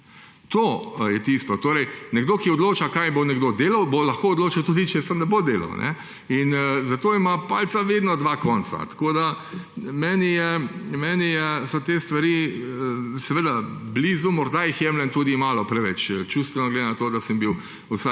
To je tisto. Torej nekdo, ki odloča, kaj bo nekdo delal, bo lahko tudi odločil, česa ne bo delal. Zato ima palica vedno dva konca. Meni so te stvari seveda blizu, morda jih jemljem tudi malo preveč čustveno, glede na to, da sem bil